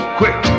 quick